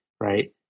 right